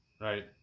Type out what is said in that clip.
right